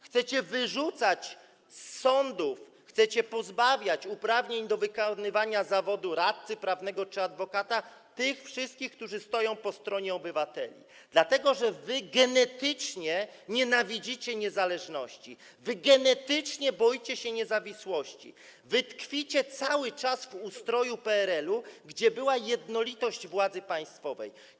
Chcecie wyrzucać z sądów, chcecie pozbawiać uprawnień do wykonywania zawodu radcy prawnego czy adwokata tych wszystkich, którzy stoją po stronie obywateli, dlatego że wy genetycznie nienawidzicie niezależności, wy genetycznie boicie się niezawisłości, wy tkwicie cały czas w ustroju PRL-u, gdzie była jednolitość władzy państwowej.